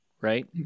Right